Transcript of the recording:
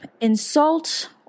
insult